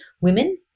women